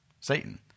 Satan